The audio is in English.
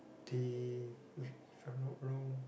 teh wait if I'm not wrong